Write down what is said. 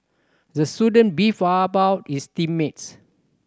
the student beefed about his team mates